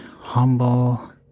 humble